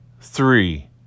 three